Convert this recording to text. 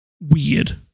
weird